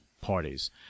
parties